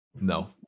no